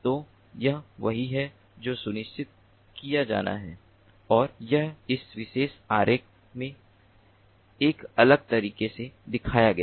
तो यह वही है जो सुनिश्चित किया जाना है और यह इस विशेष आरेख में एक अलग तरीके से दिखाया गया है